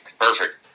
Perfect